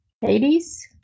Hades